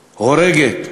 הורגת.